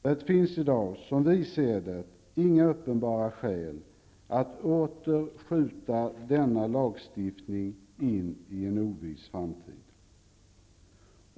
Det finns i dag, som vi ser det, inga uppenbara skäl att åter skjuta denna lagstiftning in i en oviss framtid.